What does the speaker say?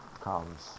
comes